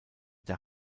der